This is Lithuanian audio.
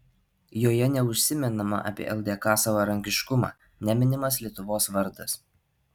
joje neužsimenama apie ldk savarankiškumą neminimas lietuvos vardas